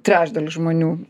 trečdalis žmonių